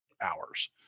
hours